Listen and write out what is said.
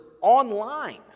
online